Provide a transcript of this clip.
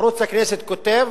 ערוץ הכנסת כותב: